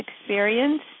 experience